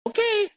Okay